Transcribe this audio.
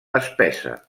espessa